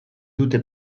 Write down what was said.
dute